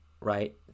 right